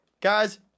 Guys